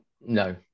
No